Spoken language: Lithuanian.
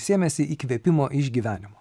sėmėsi įkvėpimo iš gyvenimo